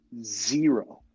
zero